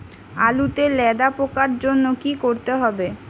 আলুতে লেদা পোকার জন্য কি করতে হবে?